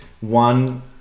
One